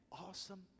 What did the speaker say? awesome